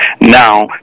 Now